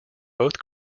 both